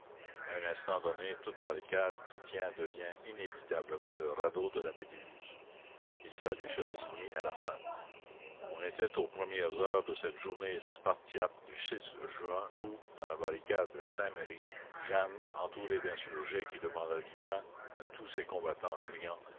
à un instant donné toute barricade qui tient devient inévitablement le radeau de la méduse il fallut se résigner à la faim on était aux premières heures de cette journée spartiate du juin où dans la barricade saint-merry jeanne entouré d'insurgés qui demandaient du pain à tous ces combattants criant